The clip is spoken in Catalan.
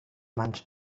mans